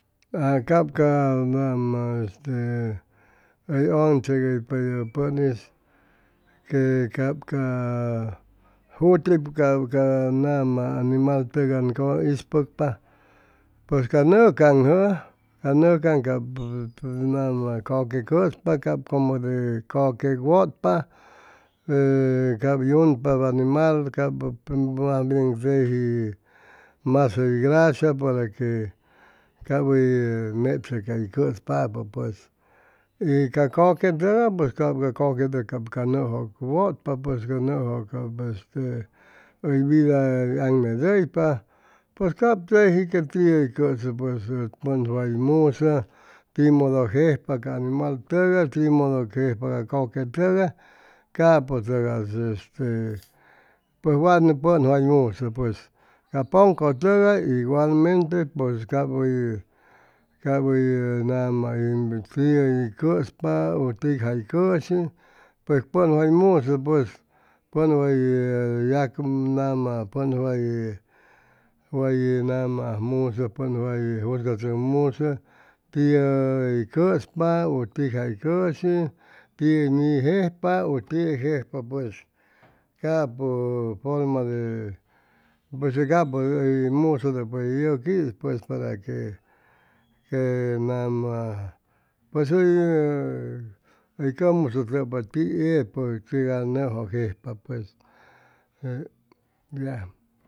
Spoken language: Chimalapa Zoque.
A ap ca nama este te hʉy ʉgaŋchegʉypa te pʉn'is que cap ca jutipʉ cap ca nama animal tʉgay ʉn ispʉcpa pues ca nʉʉcaŋ jʉca nʉʉcaŋ cap nama kʉque cʉspa como te kʉque quegwʉtpa cap yumpag animal teji mas hʉy gracia para que cap mechpa cay cʉspapʉ y ca kʉque tʉgay pues cap ca nʉjʉ wʉtpa pues ca nʉjʉ cap este hʉy vida aŋmedʉypa pues cap teji que tiʉ hʉy cʉsʉ pues pʉn way musaam timodo jejpa ca animal tʉgay timodo jejpa ca kʉque tʉgay capotʉgas este pʉj pʉn'is way musʉ pues ca pʉncotʉgay iguamente pues cap hʉy cap hʉy nama hʉy cʉspa ʉ tec jay cʉshi puesj pʉn way musʉ pues pʉn way yac nama pʉn way way nama ajmusʉ pʉn ay nama que jusgachʉcmuso tiʉ hʉy cʉspa u tig jay cʉshi tiʉ hʉy nijejpa u tiy jejpa pues capʉ forma de hʉy musʉtʉpa ye yʉqui'is para que nama pues hʉy hʉy cʉmusʉtʉpa tiepʉ tiʉ nʉjʉ jejpa pues